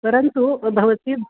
परन्तु भवती